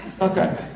Okay